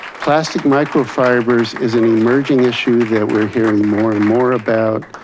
plastic microfibers is an emerging issue that we're hearing more and more about.